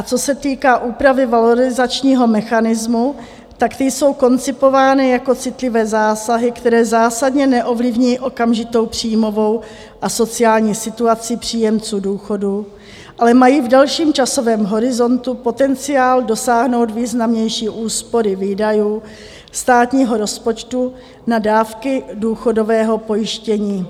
Co se týká úprav valorizačního mechanismu, tak ty jsou koncipovány jako citlivé zásahy, které zásadně neovlivní okamžitou příjmovou a sociální situaci příjemců důchodů, ale mají v delším časovém horizontu potenciál dosáhnout významnější úspory výdajů státního rozpočtu na dávky důchodového pojištění.